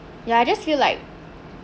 ya I just feel like